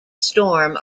storm